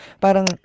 parang